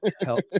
help